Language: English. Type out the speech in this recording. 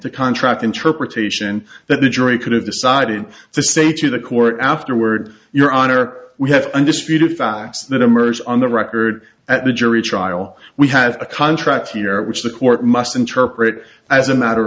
the contract interpretation that the jury could have decided to say to the court afterward your honor we have undisputed facts that emerge on the record at the jury trial we have a contract here which the court must interpret as a matter